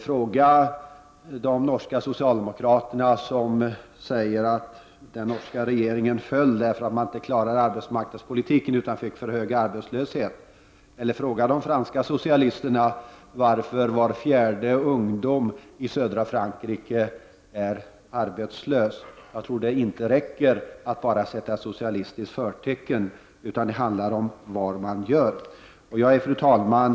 Fråga de norska socialdemokraterna, som säger att den norska socialdemokratiska regeringen föll därför att den inte klarade arbetsmarknadspolitiken utan fick för hög arbetslöshet! Eller fråga de franska socialisterna varför var fjärde ungdom i södra Frankrike är arbetslös! Jag tror inte att det räcker att bara sätta socialistiska förtecken på politiken. Det handlar om vad man gör. Fru talman!